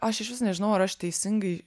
aš išvis nežinau ar aš teisingai